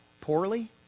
poorly